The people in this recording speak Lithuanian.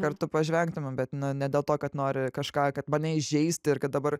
kartu pažvengtumėm bet ne dėl to kad nori kažką kad mane įžeisti ir kad dabar